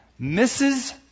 Mrs